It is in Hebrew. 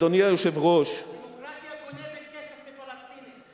הדמוקרטיה גונבת כסף מפלסטינים.